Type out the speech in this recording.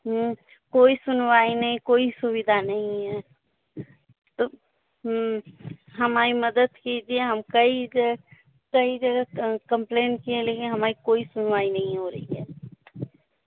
कोई सुनवाई नहीं कोई सुविधा नहीं है तो हमारी मदद कीजिए हम कई हम कई जगह कंप्लेन किए हैं लेकिन हमारी कोई सुनवाई नहीं हो रही है